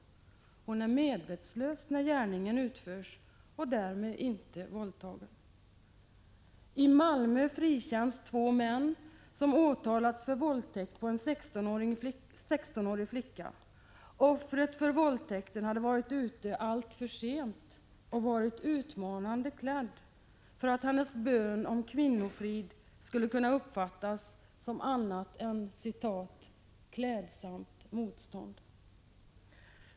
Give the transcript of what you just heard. Hon är medvetslös när gärningen utförs och är därmed inte våldtagen! I Malmö frikänns två män som åtalats för våldtäkt på en 16-årig flicka. Offret för våldtäkten hade varit ute alltför sent och varit alltför utmanande klädd för att hennes bön om ”kvinnofrid” skulle kunna uppfattas som någonting annat än ”klädsamt motstånd”.